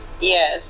Yes